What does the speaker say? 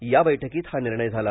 या बैठकीत हा निर्णय झाला